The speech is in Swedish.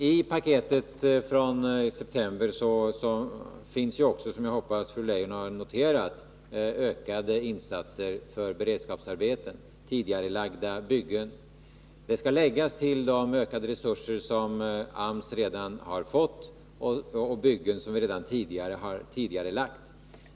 I paketet från september finns också, vilket jag hoppas att fru Leijon har noterat, ökade insatser för beredskapsarbeten och tidigarelagda byggen. Det skall läggas till de ökade resurser som AMS redan fått och byggen som vi redan har tidigarelagt.